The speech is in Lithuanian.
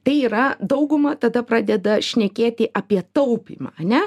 tai yra dauguma tada pradeda šnekėti apie taupymą ane